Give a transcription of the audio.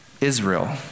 Israel